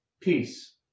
Peace